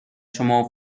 شما